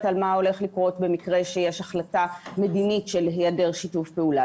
על מה הולך לקרות במקרה שיש החלטה מדינית של היעדר שיתוף פעולה.